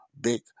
big